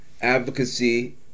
advocacy